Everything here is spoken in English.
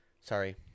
sorry